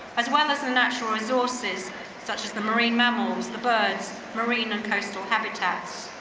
as well as the natural resources such as the marine mammals, the birds, marine and coastal habitats.